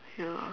ya